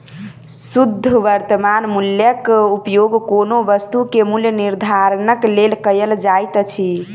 शुद्ध वर्त्तमान मूल्यक उपयोग कोनो वस्तु के मूल्य निर्धारणक लेल कयल जाइत अछि